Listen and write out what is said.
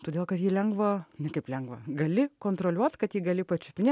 todėl kad jį lengva ne kaip lengva gali kontroliuot kad ji gali pačiupinėt